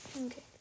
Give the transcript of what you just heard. Okay